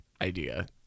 idea